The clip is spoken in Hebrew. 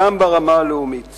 גם ברמה הלאומית